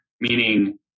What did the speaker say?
meaning